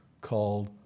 called